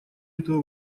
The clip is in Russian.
этого